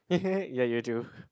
ya you do